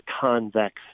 convex